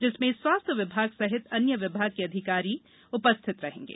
जिसमें स्वास्थ्य विभाग सहित अन्य विभाग के अधिकारी उपस्थित रहेंगे